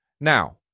Now